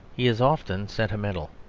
he is often sentimental,